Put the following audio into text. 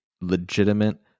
legitimate